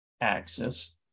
axis